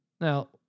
Now